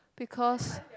because